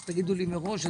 אז תגידו לי מראש,